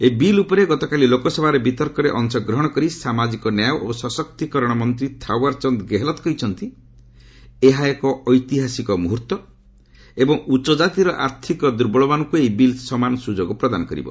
ଏହି ବିଲ୍ ଉପରେ ଗତକାଲି ଲୋକସଭାରେ ବିତର୍କରେ ଅଂଶଗ୍ରହଣ କରି ସାମାଜିକ ନ୍ୟାୟ ଓ ସଶକ୍ତିକରଣ ମନ୍ତ୍ରୀ ଥାଓ୍ୱର୍ଚନ୍ଦ ଗେହେଲତ୍ କହିଛନ୍ତି ଏହା ଏକ ଐତିହାସିକ ମୁହୂର୍ତ୍ତ ଏବଂ ଉଚ୍ଚ ଜାତିର ଆର୍ଥିକ ଦୁର୍ବଳମାନଙ୍କୁ ଏହି ବିଲ୍ ସମାନ ସୁଯୋଗ ପ୍ରଦାନ କରିବ